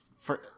For-